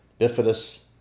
bifidus